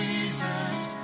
Jesus